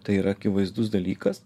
tai yra akivaizdus dalykas